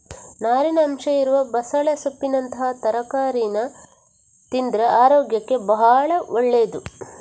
ನಾರಿನ ಅಂಶ ಇರುವ ಬಸಳೆ ಸೊಪ್ಪಿನಂತಹ ತರಕಾರೀನ ತಿಂದ್ರೆ ಅರೋಗ್ಯಕ್ಕೆ ಭಾಳ ಒಳ್ಳೇದು